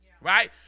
right